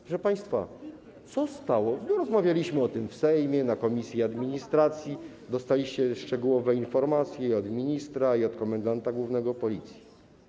Proszę państwa, rozmawialiśmy o tym w Sejmie, w komisji administracji, dostaliście szczegółowe informacje i od ministra, i od komendanta głównego Policji.